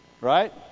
Right